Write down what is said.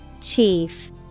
chief